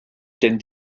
denn